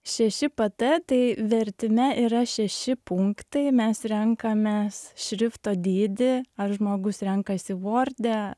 šeši pt tai vertime yra šeši punktai mes renkamės šrifto dydį ar žmogus renkasi vorde